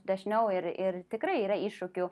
dažniau ir ir tikrai yra iššūkių